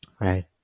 Right